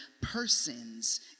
persons